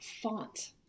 font